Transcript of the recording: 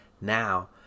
Now